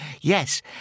Yes